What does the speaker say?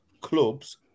clubs